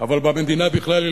אבל במדינה בכלל.